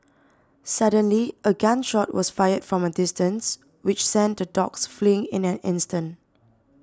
suddenly a gun shot was fired from a distance which sent the dogs fleeing in an instant